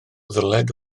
ddyled